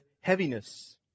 heaviness